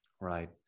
Right